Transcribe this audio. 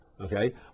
Okay